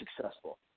successful